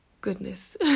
goodness